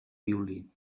violí